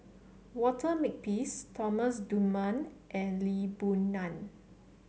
Walter Makepeace Thomas Dunman and Lee Boon Ngan